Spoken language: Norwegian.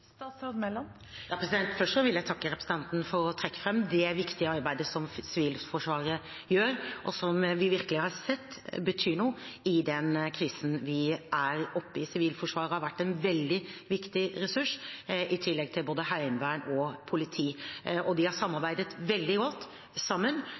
Først vil jeg takke representanten for å trekke fram det viktige arbeidet Sivilforsvaret gjør, og som vi virkelig har sett betyr noe i den krisen vi er oppe i. Sivilforsvaret har vært en veldig viktig ressurs, i tillegg til både heimevern og politi. De har samarbeidet veldig godt, sammen,